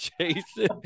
Jason